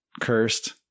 cursed